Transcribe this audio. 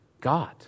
God